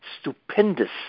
stupendous